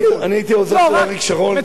לא, אני הייתי עוזר של אריק שרון.